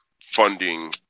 funding